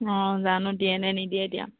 অঁ জানো দিয়েনে নিদিয়ে এতিয়া